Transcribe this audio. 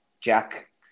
Jack